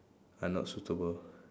are not suitable